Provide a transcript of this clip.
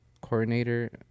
coordinator